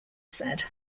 said